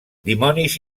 dimonis